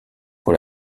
pour